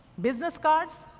business cards.